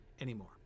anymore